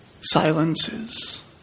silences